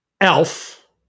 Elf